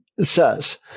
says